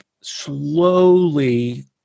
slowly